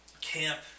Camp